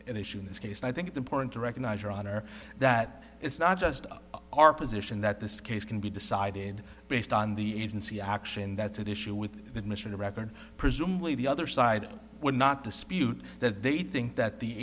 an issue in this case and i think it's important to recognize your honor that it's not just our position that this case can be decided based on the agency action that's an issue with the admission the record presumably the other side would not dispute that they think that the